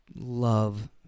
love